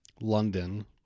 London